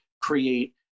create